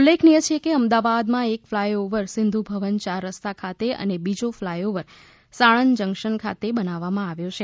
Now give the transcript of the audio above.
ઉલ્લેખનીય છે કે અમદાવાદમાં એક ફ્લાય ઓવર સિંધુ ભવન ચાર રસ્તા ખાતે અને બીજો ફ્લાય ઓવર સાણંદ જંકશન ખાતે બનાવવામાં આવ્યો છે